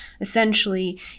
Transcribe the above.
Essentially